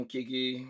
Kiki